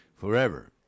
forever